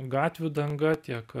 gatvių danga tiek